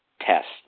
test